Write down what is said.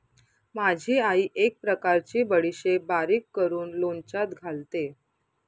माझी आई एक प्रकारची बडीशेप बारीक करून लोणच्यात घालते